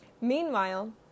Meanwhile